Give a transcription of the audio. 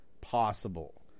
possible